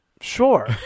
sure